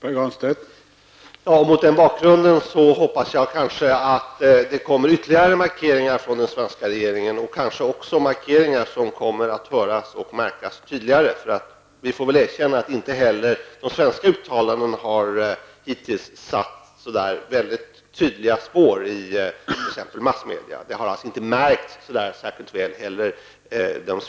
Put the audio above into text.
Herr talman! Mot den bakgrunden hoppas jag att det kommer ytterligare markeringar från den svenska regeringens sida och kanske också markeringar som kommer att höras och märkas tydligare. Vi får väl erkänna att inte heller de svenska uttalandena hittills har satt så väldigt tydliga spår i t.ex. massmedia. Den svenska inställningen har inte märkts särskilt väl.